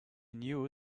knew